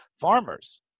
farmers